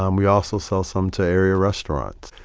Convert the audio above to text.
um we also sell some to area restaurants.